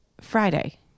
Friday